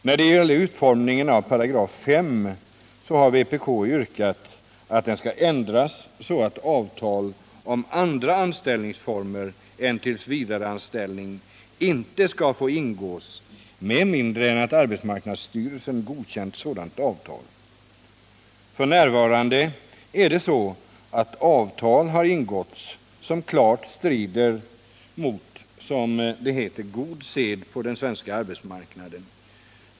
När det gäller utformningen av 5 § har vpk yrkat att den skall ändras så att avtal om andra anställningsformer än tillsvidareanställning inte skall få ingås med mindre än att arbetsmarknadsstyrelsen godkänt sådana avtal. F. n. är det så att avtal har ingåtts som klart strider mot — som det heter — god sed på den svenska arbetsmarknaden.